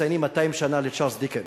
מציינים, 200 שנה לצ'רלס דיקנס,